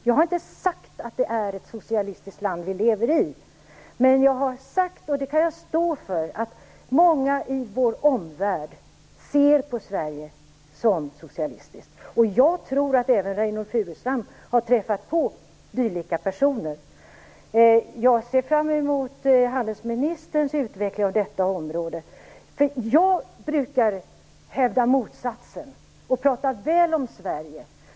Jag har inte sagt att det är ett socialistiskt land vi lever i, men jag har sagt, och det kan jag stå för, att många i vår omvärld ser Sverige som socialistiskt. Och jag tror att även Reynoldh Furustrand har träffat på dylika personer. Jag ser fram emot handelsministerns utveckling av detta område. Jag brukar hävda motsatsen och prata väl om Sverige.